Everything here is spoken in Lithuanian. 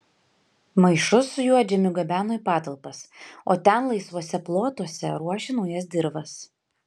maišus su juodžemiu gabeno į patalpas o ten laisvuose plotuose ruošė naujas dirvas